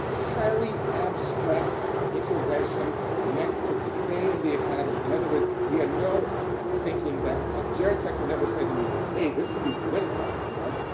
highly abstract intervention meant to stay in the academy. other words, we had no thinking that jared sexton never said to me, hey, this could be politicized, you know?